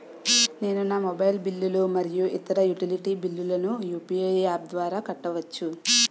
నేను నా మొబైల్ బిల్లులు మరియు ఇతర యుటిలిటీ బిల్లులను నా యు.పి.ఐ యాప్ ద్వారా కట్టవచ్చు